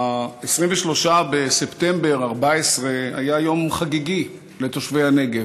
23 בספטמבר 2014 היה יום חגיגי לתושבי הנגב.